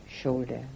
shoulder